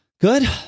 Good